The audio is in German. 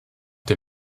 der